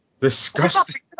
Disgusting